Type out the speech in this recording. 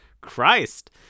Christ